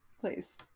Please